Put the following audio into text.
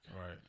Right